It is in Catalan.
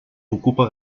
ocupa